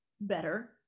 better